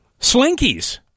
Slinkies